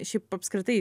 šiaip apskritai